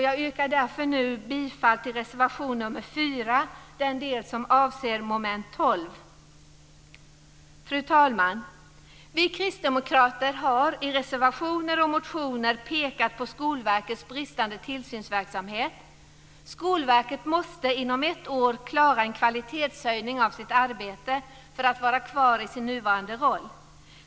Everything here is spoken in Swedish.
Jag yrkar bifall till reservation nummer 4, den del som avser mom. 12. Fru talman! Vi kristdemokrater har i motioner och reservationer pekat på Skolverkets bristande tillsynsverksamhet. Skolverket måste inom ett år klara en kvalitetshöjning på sitt arbete, för att vara kvar i sin nuvarande roll.